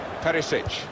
Perisic